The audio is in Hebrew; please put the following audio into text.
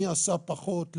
מי עשה פחות,